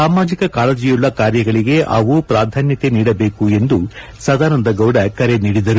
ಸಾಮಾಜಿಕ ಕಾಳಜಿಯುಳ್ಳ ಕಾರ್ಯಗಳಿಗೆ ಅವು ಪ್ರಾಧಾನ್ತತೆ ನೀಡಬೇಕು ಎಂದು ಸದಾನಂದ ಗೌಡ ಕರೆ ನೀಡಿದರು